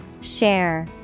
Share